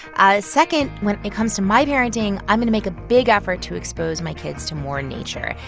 ah second, when it comes to my parenting, i'm going to make a big effort to expose my kids to more nature.